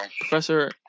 Professor